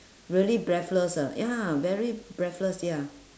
really breathless ah ya very breathless ya